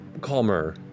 calmer